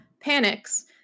panics